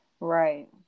Right